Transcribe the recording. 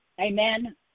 Amen